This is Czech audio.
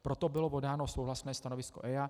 Proto bylo podáno souhlasné stanovisko EIA.